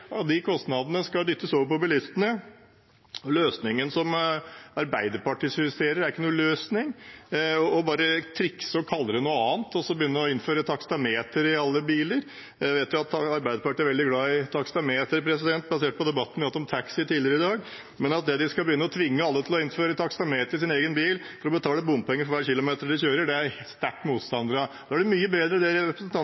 og 1,3 mrd. kr av de kostnadene skal dyttes over på bilistene. Løsningen Arbeiderpartiet skisserer, er ikke noen løsning: bare å trikse og kalle det noe annet, og så begynne å innføre taksameter i alle biler. Jeg vet jo at Arbeiderpartiet er veldig glad i taksameter, basert på debatten vi har hatt om taxi tidligere i dag, men at de skal begynne å tvinge alle til å innføre taksameter i sin egen bil for å betale bompenger for hver kilometer de kjører, er jeg sterk motstander av. Da er